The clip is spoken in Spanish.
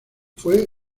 fue